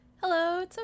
Hello